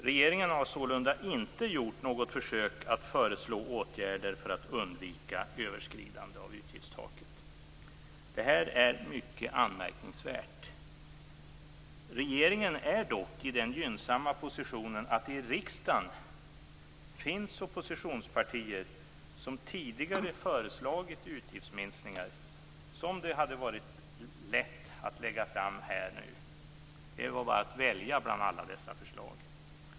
Regeringen har sålunda inte gjort något försök att föreslå åtgärder för att undvika ett överskridande av utgiftstaket. Det är mycket anmärkningsvärt. Regeringen är dock i den gynnsamma positionen att det i riksdagen finns oppositionspartier som tidigare föreslagit utgiftsminskningar som det hade varit lätt att lägga fram nu. Det var bara att välja bland alla dessa förslag.